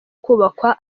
kubakwa